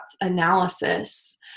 analysis